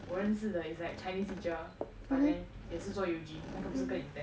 我认识的 it's like chinese teacher but then 也是做 U_G 那个不是更 intense